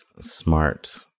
smart